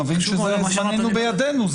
זמננו בידינו.